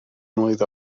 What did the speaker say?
mlwydd